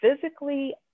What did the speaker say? physically